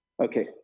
Okay